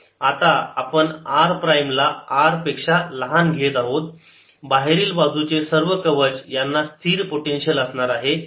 आता आपण r prime ला R पेक्षा लहान घेत आहोत बाहेरील बाजूचे सर्व कवच यांना स्थिर पोटेन्शियल असणार आहे